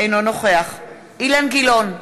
אינו נוכח אילן גילאון,